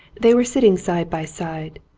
they were sitting side by side,